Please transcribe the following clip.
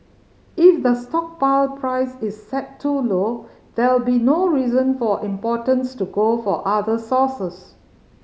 if the stockpile price is set too low there'll be no reason for importers to go for other sources